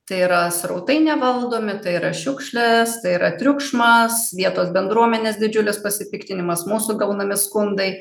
tai yra srautai nevaldomi tai yra šiukšlės tai yra triukšmas vietos bendruomenės didžiulis pasipiktinimas mūsų gaunami skundai